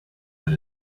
that